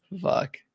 fuck